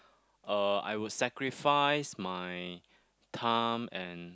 uh I would sacrifice my time and